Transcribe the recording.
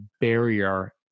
barrier